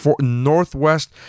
Northwest